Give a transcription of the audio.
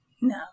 No